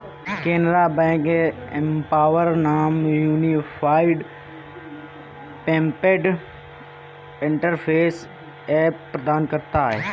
Canara bank empower नाम से unified payment interface app प्रदान करता हैं